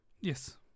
Yes